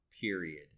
period